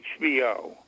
HBO